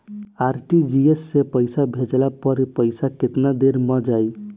RTGS से पईसा भेजला पर पईसा केतना देर म जाई?